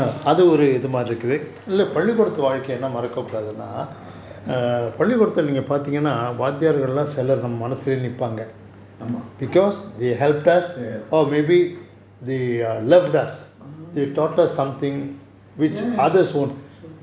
அது ஒரு இது மாரி இருக்குது:athu oru ithu mari irukuthu ah ஆமா:aama they helped us ya ya